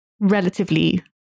relatively